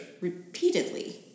repeatedly